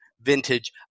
Vintage